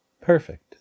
Perfect